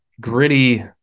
gritty